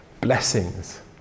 blessings